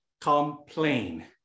complain